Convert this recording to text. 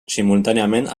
simultàniament